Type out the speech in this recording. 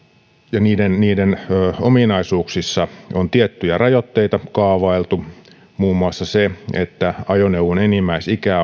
ja niiden niiden ominaisuuksissa on tiettyjä rajoitteita kaavailtu muun muassa se että ajoneuvon enimmäisikä